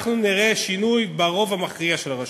אנחנו נראה שינוי ברוב המכריע של הרשויות.